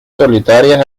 solitarias